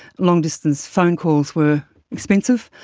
long distance phone calls were expensive,